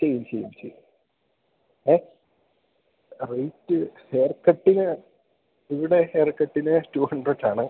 ചെയ്യും ചെയ്യും ചെയ്യും ഏ റേയ്റ്റ് ഹെയർക്കട്ടിന് ഇവിടെ ഹെയർക്കട്ടിന് റ്റു ഹൻഡ്രഡ്സ് ആണ്